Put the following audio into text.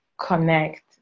connect